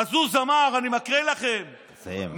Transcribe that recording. מזוז אמר, אני מקריא לכם, תסיים.